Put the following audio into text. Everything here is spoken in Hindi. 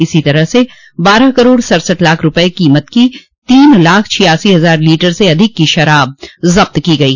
इसी तरह से बारह करोड़ सडसठ लाख रूपये कीमत की तीन लाख छियासी हजार लीटर से अधिक की शराब जब्त की गयी